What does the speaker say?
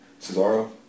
Cesaro